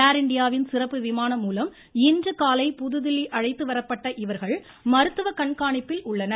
ஏர்இண்டியாவின் சிறப்பு விமானம் மூலம் இன்றுகாலை புதுதில்லி அழைத்து வரப்பட்ட இவர்கள் மருத்துவ கண்காணிப்பில் உள்ளனர்